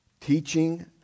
Teaching